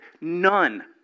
None